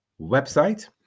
website